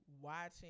watching